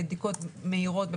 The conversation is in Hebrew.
בדיקות מהירות,